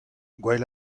gwell